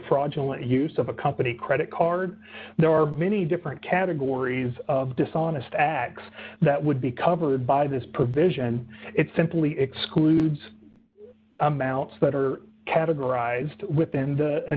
raudulent use of a company credit card there are many different categories of dishonest acts that would be covered by this provision and it simply excludes amounts that are categorized within the